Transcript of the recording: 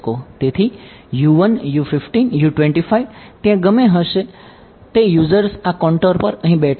તેથી ત્યાં હશે ગમે તે યુઝર્સ આ કોંટોર પર અહીં બેઠા હોય